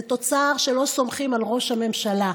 זה תוצר שלא סומכים על ראש הממשלה.